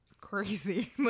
crazy